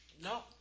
no